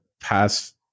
past